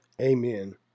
Amen